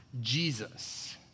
Jesus